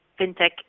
fintech